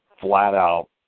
flat-out